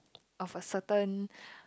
of a certain